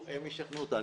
הם ישכנעו אותנו.